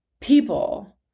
people